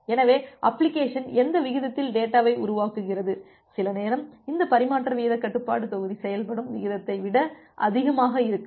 எனவே அப்ளிகேஷன் எந்த விகிதத்தில் டேட்டாவை உருவாக்குகிறது சில நேரம் இந்த பரிமாற்ற வீதக் கட்டுப்பாட்டு தொகுதி செயல்படும் விகிதத்தை விட அதிகமாக இருக்கலாம்